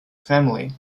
family